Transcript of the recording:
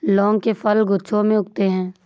लौंग के फल गुच्छों में उगते हैं